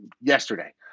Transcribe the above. yesterday